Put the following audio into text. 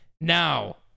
now